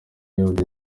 yombi